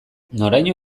noraino